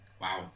Wow